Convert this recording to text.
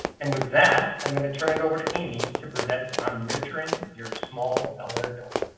and with that, i'm going to turn it over to amy to present on nurturing your small-dollar donor.